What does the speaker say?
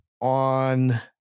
on